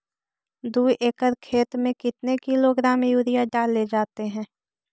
दू एकड़ खेत में कितने किलोग्राम यूरिया डाले जाते हैं?